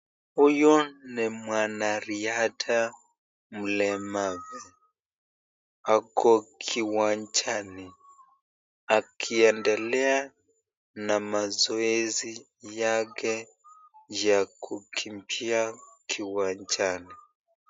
Huyo ni mwanariadha mlemavu ako kiwanjani akiendelea na mazoezi yake ya kukimbia kiwanjani.